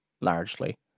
largely